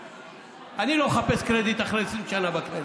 אני לא מחפש קרדיט אחרי 20 שנה בכנסת.